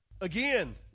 Again